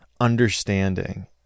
understanding